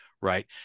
right